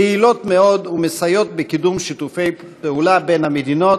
פעילות מאוד ומסייעות בקידום שיתופי פעולה בין המדינות.